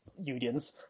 unions